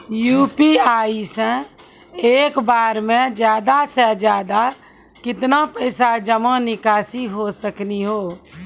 UPI से एक बार मे ज्यादा से ज्यादा केतना पैसा जमा निकासी हो सकनी हो?